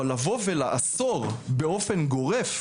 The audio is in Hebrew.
אבל לאסור באופן גורף,